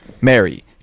Mary